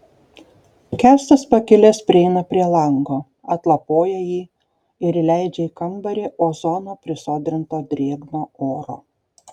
kęstas pakilęs prieina prie lango atlapoja jį ir įleidžia į kambarį ozono prisodrinto drėgno oro